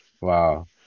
Wow